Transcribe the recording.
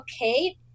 okay